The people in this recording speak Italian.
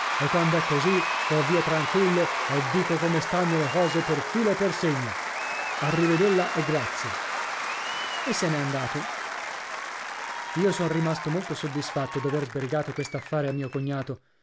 precisamente e quand'è così vo via tranquillo e dico come stanno le cose per filo e per segno arrivedella e grazie e se n'è andato io son rimasto molto soddisfatto d'aver sbrigato quest'affare a mio cognato